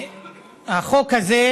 החוק הזה